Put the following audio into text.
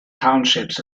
townships